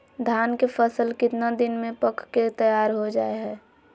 धान के फसल कितना दिन में पक के तैयार हो जा हाय?